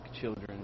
children